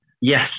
Yes